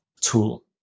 tool